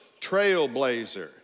trailblazer